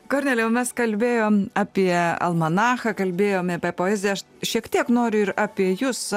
kornelijau mes kalbėjom apie almanachą kalbėjom apie poeziją aš šiek tiek noriu ir apie jus